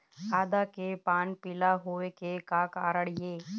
आदा के पान पिला होय के का कारण ये?